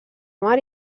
mar